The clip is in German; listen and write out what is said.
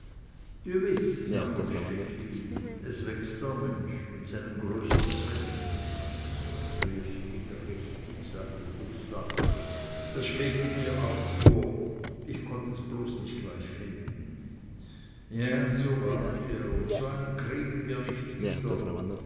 gewiß herr von stechlin es wächst der mensch mit seinen größern zwecken richtig richtig sagte dubslav das schwebte mir auch vor ich konnt es bloß nicht gleich finden ja so war er und so einen kriegen wir nicht wieder